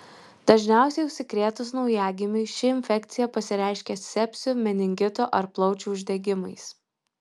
dažniausiai užsikrėtus naujagimiui ši infekcija pasireiškia sepsiu meningitu ar plaučių uždegimais